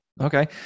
Okay